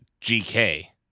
GK